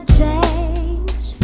change